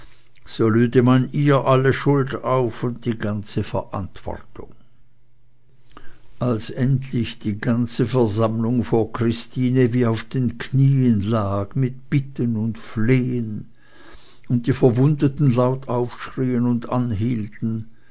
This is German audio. lüde man ihr alle schuld auf und die ganze verantwortung als endlich die ganze versammlung vor christine wie auf den knien lag mit bitten und flehen und die verwundeten laut aufschrien und anhielten